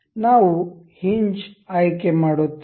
ನಾವು ಹಿಂಜ್ ಆಯ್ಕೆ ಮಾಡುತ್ತೇವೆ